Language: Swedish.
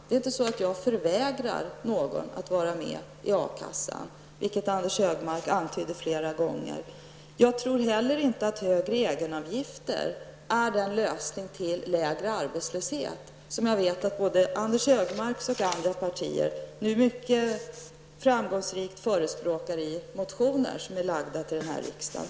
Det är inte så att jag förvägrar någon att vara med i A-kassan, vilket Anders G Högmark antydde flera gånger. Jag tror heller inte att högre egenavgifter ger en lägre arbetslöshet, vilket jag vet att både Anders G Högmarks och andra partier nu mycket framgångsrikt hävdar i motioner väckta till riksdagen.